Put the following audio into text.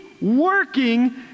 working